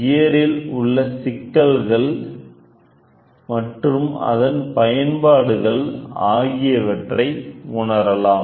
gear இல் உள்ள சிக்கல்கள் அதன் பயன்பாடுகள் ஆகியவற்றை உணரலாம்